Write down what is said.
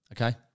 okay